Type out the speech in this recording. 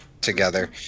together